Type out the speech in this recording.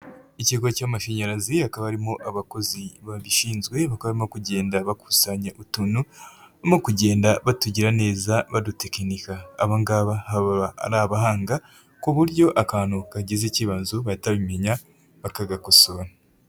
Ikigo cy'amashanyarazi hakaba harimo abakozi babishinzwe bakaba barimo kugenda bakusanya utuntu no kugenda batugira neza badutekinika. Aba ngaba baba ari abahanga ku buryo akantu kagize ikibazo bahita babimenya bakagakosora.